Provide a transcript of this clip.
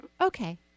Okay